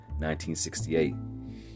1968